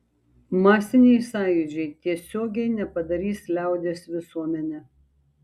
masiniai sąjūdžiai tiesiogiai nepadarys liaudies visuomene